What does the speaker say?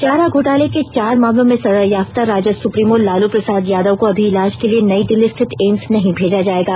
चारा घोटाले के चार मामलों के सजायाफता राजद सुप्रीमो लालू प्रसाद यादव को अभी इलाज के लिए नई दिल्ली स्थित एम्स नहीं भेजा जाएगा